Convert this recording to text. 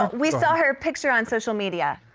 um we saw her picture on social media.